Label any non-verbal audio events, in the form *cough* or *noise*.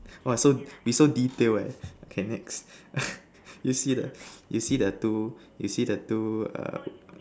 !wah! so we so detail eh okay next *noise* you see the two you see the two err